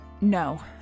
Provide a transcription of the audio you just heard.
No